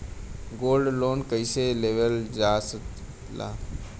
Gold loan कईसे लेवल जा ला?